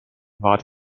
war